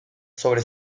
sobre